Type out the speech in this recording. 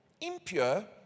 impure